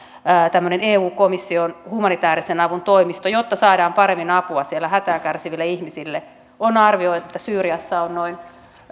tämmöinen eun komission humanitäärisen avun toimisto jotta saadaan paremmin apua siellä hätää kärsiville ihmisille on arvioitu että syyriassa on noin